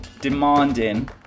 demanding